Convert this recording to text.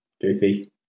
Goofy